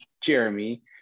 Jeremy